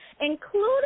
including